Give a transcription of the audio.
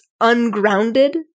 ungrounded